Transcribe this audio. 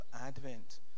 Advent